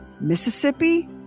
Mississippi